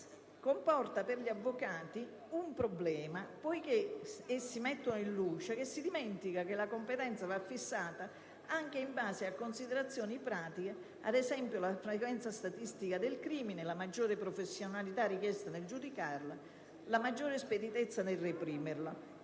comporta per gli avvocati un problema. Essi mettono in luce che si dimentica che la competenza va fissata anche in base a considerazioni pratiche come - ad esempio - la frequenza statistica del crimine, la maggiore professionalità richiesta nel giudicarla e la maggiore speditezza nel reprimerla.